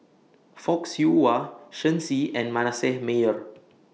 Fock Siew Wah Shen Xi and Manasseh Meyer